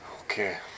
Okay